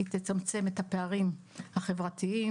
היא תצמצם את הפערים החברתיים,